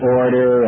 order